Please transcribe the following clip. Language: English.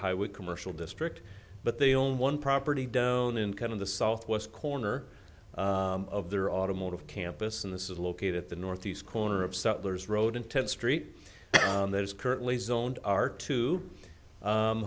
highway commercial district but they own one property down in kind of the southwest corner of their automotive campus and this is located at the northeast corner of sutlers road and tenth street that is currently zoned are to